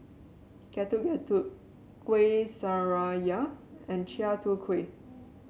Getuk Getuk Kueh Syara and Chai Tow Kuay